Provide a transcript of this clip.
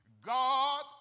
God